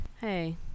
Hey